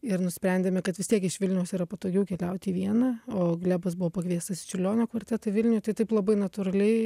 ir nusprendėme kad vis tiek iš vilniaus yra patogiau keliauti vieną o glebas buvo pakviestas į čiurlionio kvartetą vilniuj tai taip labai natūraliai